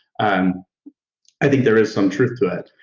um i think there is some truth to it,